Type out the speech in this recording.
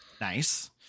Nice